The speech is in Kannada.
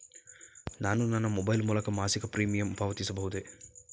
ನಾನು ನನ್ನ ಮೊಬೈಲ್ ಮೂಲಕ ಮಾಸಿಕ ಪ್ರೀಮಿಯಂ ಪಾವತಿಸಬಹುದೇ?